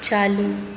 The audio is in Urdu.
چالو